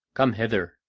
come hither,